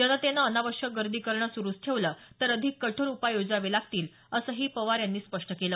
जनतेने अनावश्यक गर्दी करणं सुरुच ठेवलं तर अधिक कठोर उपाय योजावे लागतील असंही पवार यांनी स्पष्ट केलं